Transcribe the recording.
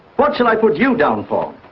what shall i put you down for?